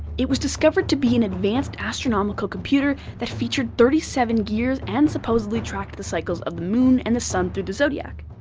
it was discovered to be an advanced astronomical computer that featured thirty seven gears and supposedly tracked the cycles of the moon and the sun through the zodiac.